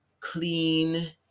clean